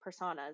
personas